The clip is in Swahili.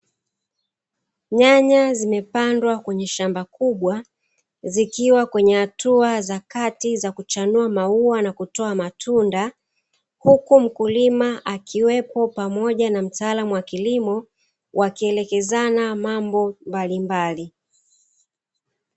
Nyanya zimepandwa kwenye shamba kubwa zikiwa kwenye hatua za kati za kuchanua maua na kutoa matunda, huku mkulima akiwepo pamoja na mtaalamu wa kilimo wakielekezana mambo mbalimbali.